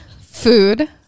Food